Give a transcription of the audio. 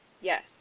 Yes